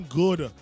good